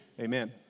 amen